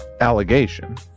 allegation